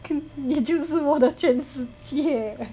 你就是我的全世界